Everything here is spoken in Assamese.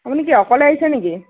আপুনি কি অকলে আহিছে নেকি